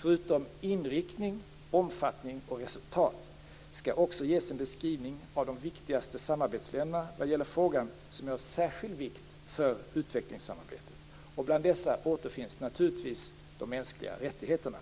Förutom inriktning, omfattning och resultat skall det också ges en beskrivning av de viktigaste samarbetsländerna vad det gäller frågor som är av särskild vikt för utvecklingssamarbetet. Bland dessa återfinns naturligtvis frågan om de mänskliga rättigheterna.